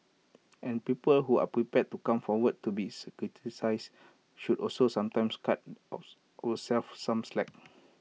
and people who are prepared to come forward to be criticised should also sometimes cut ourselves some slack